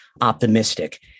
optimistic